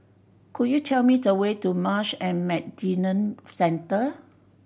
could you tell me the way to Marsh and McLennan Centre